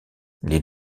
les